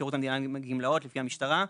שירות המדינה (גמלאות) לפי המשטרה,